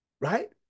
right